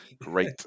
Great